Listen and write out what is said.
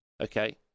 okay